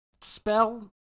Spell